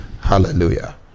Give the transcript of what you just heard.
Hallelujah